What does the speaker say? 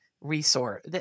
resource